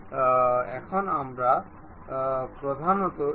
সুতরাং অভ্যন্তরীণভাবে আমাদের এই সার্কেলটি রয়েছে